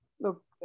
Look